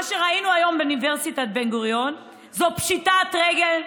מה שראינו היום באוניברסיטת בן-גוריון זה פשיטת רגל.